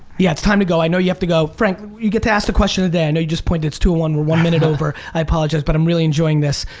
yeah, it's time to go i know you have to go. frank, you get to ask the question today. i know you just pointed, it's two one, we're one minute over. i apologize, but i'm really enjoying this.